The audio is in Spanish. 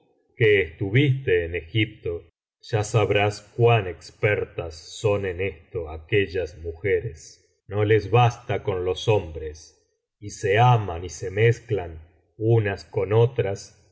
que estuviste en egipto ya sabrás cuan expertas son en esto aquellas mujeres no les basta con los hombres y se aman y se mezclan unas con otras